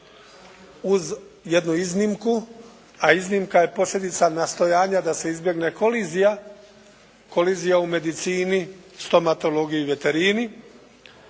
Uz jednu iznimku, a iznimka je posljedica nastojanja da se izbjegne kolizija, kolizija u medicini, stomatologiji i veterini